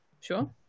Sure